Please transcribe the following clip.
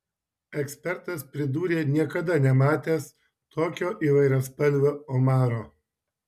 ekspertas pridūrė niekada nematęs tokio įvairiaspalvio omaro